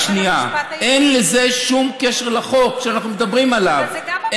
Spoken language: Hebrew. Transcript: אין לזה שום קשר לחוק שאנחנו מדברים עליו.